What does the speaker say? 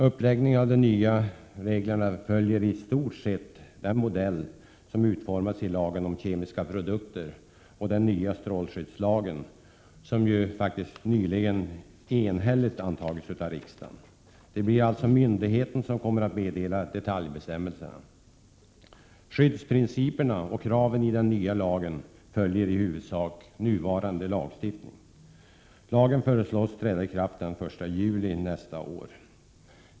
Uppläggningen av de nya reglerna följer i stort sett den modell som utformades i lagen om kemiska produkter och den nya strålskyddslagen, som faktiskt nyligen enhälligt antagits av riksdagen. Det blir alltså myndigheten som kommer att meddela detaljbestämmelserna. Skyddsprinciperna och kraven i den nya lagen följer i huvudsak nuvarande lagstiftning. Lagen föreslås träda i kraft den 1 juli nästa år.